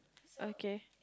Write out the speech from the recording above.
okay